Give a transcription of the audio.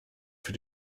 für